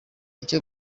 icyo